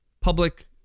public